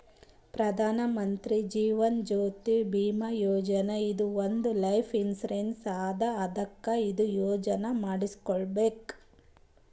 ಪ್ರಧಾನ್ ಮಂತ್ರಿ ಜೀವನ್ ಜ್ಯೋತಿ ಭೀಮಾ ಯೋಜನಾ ಇದು ಒಂದ್ life insurance ಅದಾ ಅದ್ಕ ಇದು ಯೋಜನಾ ಮಾಡುಸ್ಕೊಬೇಕ್